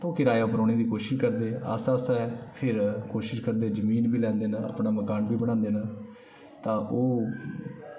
ते ओह् किराए पर रौह्ने दी कोशिश करदे आस्तै आस्तै फिर कोशिश करदे जमीन बी लैंदे न अपना मकान बी बनांदे न तां ओह्